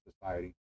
society